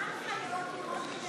מה ההנחיות?